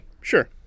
sure